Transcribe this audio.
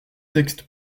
textes